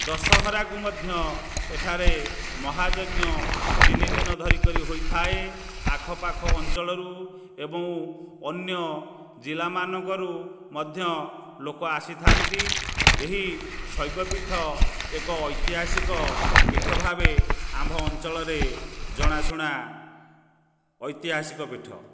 ଦଶହରାକୁ ମଧ୍ୟ ଏଠାରେ ମହାଯଜ୍ଞ ତିନିଦିନ ଧରିକରି ହୋଇଥାଏ ଆଖପାଖ ଅଞ୍ଚଳରୁ ଏବଂ ଅନ୍ୟ ଜିଲ୍ଲାମାନଙ୍କରୁ ମଧ୍ୟ ଲୋକ ଆସିଥାନ୍ତି ଏହି ଶୈବପୀଠ ଏକ ଐତିହାସିକ ପୀଠ ଭାବେ ଆମ୍ଭ ଅଞ୍ଚଳରେ ଜଣାଶୁଣା ଐତିହାସିକ ପୀଠ